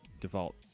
default